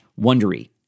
Wondery